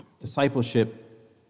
discipleship